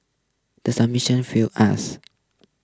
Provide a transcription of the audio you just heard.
the summition failed us